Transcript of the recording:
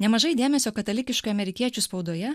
nemažai dėmesio katalikiškoje amerikiečių spaudoje